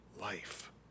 life